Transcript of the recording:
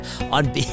on